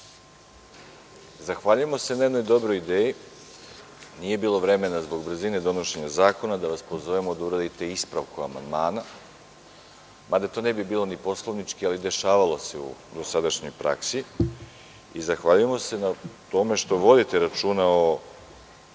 Zahvaljujemo se na jednoj dobroj ideji. Nije bilo vremena zbog brzine donošenja zakona da vas pozovemo da uradite ispravku amandman, mada to ne bi bilo ni poslovnički, ali dešavalo se u dosadašnjoj praksi. Zahvaljujemo se i na tome što vodite računa o